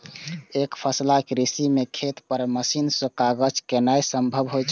एकफसला कृषि मे खेत पर मशीन सं काज केनाय संभव होइ छै